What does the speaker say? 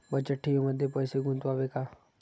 बचत ठेवीमध्ये पैसे गुंतवावे का?